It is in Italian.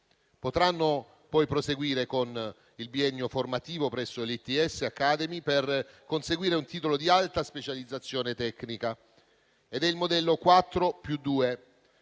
Potranno poi proseguire con il biennio formativo presso l'ITS Academy per conseguire un titolo di alta specializzazione tecnica. È il modello 4+2,